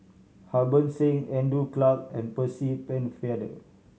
Harbans Singh Andrew Clarke and Percy Pennefather